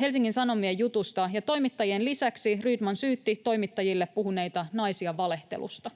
Helsingin Sanomien jutusta, ja toimittajien lisäksi Rydman syytti toimittajille puhuneita naisia valehtelusta.